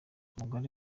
umugore